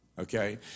okay